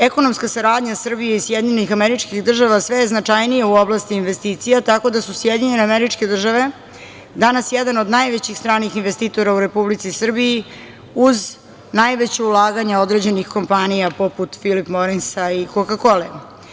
Ekonomska saradnja Srbije i SAD sve je značajnija u oblasti investicija, tako da su SAD danas jedan od najvećih stranih investitora u Republici Srbiji, uz najveća ulaganja određenih kompanija poput „Filip Morisa“ i „Koka - Kole“